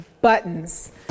buttons